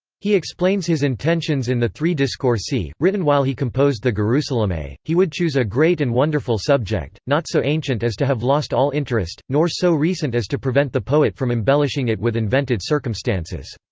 he explains his intentions in the three discorsi, written while he composed the gerusalemme he would choose a great and wonderful subject, not so ancient as to have lost all interest, nor so recent as to prevent the poet from embellishing it with invented circumstances.